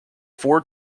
four